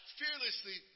fearlessly